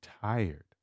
tired